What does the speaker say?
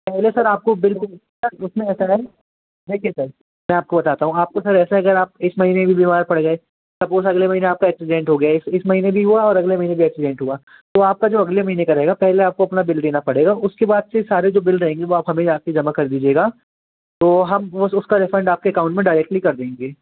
पहले सर आपको bill sir उसमें ऐसा है देखिए सर देखिए सर मैं आपको बताता हूँ आपको सर ऐसा है कि अगर आप इस महीने भी बीमार पड़ गए सपोज़ अगले महीने आपका एक्सीडेंट हो गया इस इस महीने भी हुआ और अगले महीने भी एक्सीडेंट हुआ तो आपका जो अगले महीने का रहेगा पहले आपको अपना बिल देना पड़ेगा और उसके बाद से ही सारे जो बिल रहेंगे वह आप हमें आ कर जमा कर दीजिएगा तो हम बस उसका रिफ़न्ड आपके अकाउंट में डायरेक्टली कर देंगे